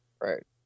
Right